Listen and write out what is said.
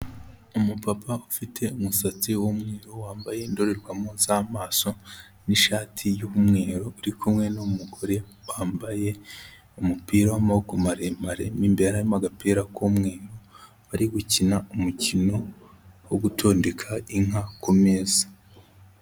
Umupapa ufite umusatsi w'umweru wambaye indorerwamo z'amaso n'ishati y'umweru uri kumwe n'umugore wambaye umupira w'amaboko maremare, mo imbere harimo agapira k'umweru bari gukina umukino wo gutondeka inka kumeza.